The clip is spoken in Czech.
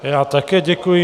Já také děkuji.